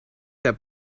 der